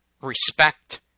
respect